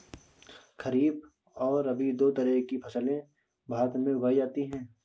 खरीप और रबी दो तरह की फैसले भारत में उगाई जाती है